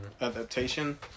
adaptation